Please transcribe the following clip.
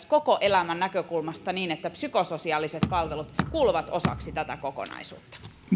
koko elämän näkökulmasta niin että psykososiaaliset palvelut kuuluvat osana tähän kokonaisuuteen